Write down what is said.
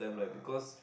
ah